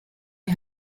you